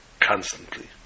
constantly